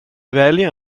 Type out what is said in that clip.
välja